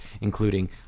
including